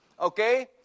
okay